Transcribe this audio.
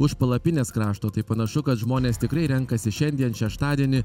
už palapinės krašto tai panašu kad žmonės tikrai renkasi šiandien šeštadienį